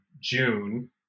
June